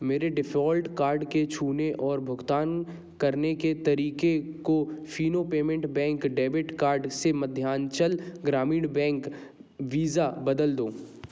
मेरे default card के छूने और भुगतान करने के तरीके को Fino payments bank debit card से मध्यांचल ग्रामीण बैंक वीज़ा बदल दो